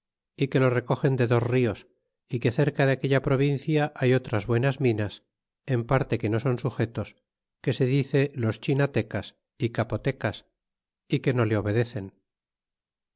é que lo cogen de dos nos é que cerca de aquella provincia hay otras buenas minas en parte que no son sujetos que se dicen los china tecas y capotecas y que no le obedecen